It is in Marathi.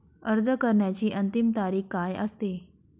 अर्ज करण्याची अंतिम तारीख काय असते?